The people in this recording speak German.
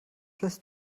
lässt